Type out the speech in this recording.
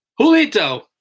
Julito